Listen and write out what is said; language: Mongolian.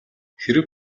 хэрэв